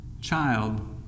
Child